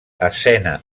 escena